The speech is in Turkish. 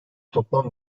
toplam